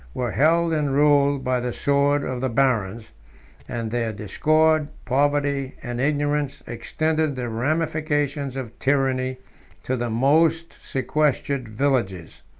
were held and ruled by the sword of the barons and their discord, poverty, and ignorance, extended the ramifications of tyranny to the most sequestered villages.